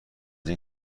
این